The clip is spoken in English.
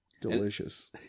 Delicious